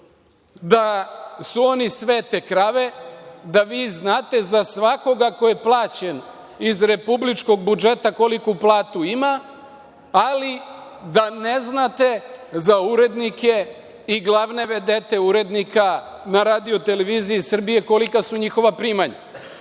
da su oni svete krave, da vi znate za svakoga ko je plaćen iz republičkog budžeta koliku platu ima, ali da ne znate za urednike i glavne vedete urednika na RTS kolika su njihova primanja.